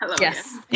Yes